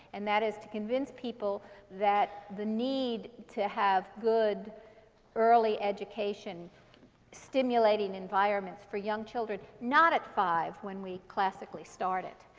and that is to convince people that the need to have good early education stimulating environments for young children not at five, when we classically start it,